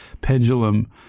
pendulum